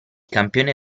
campione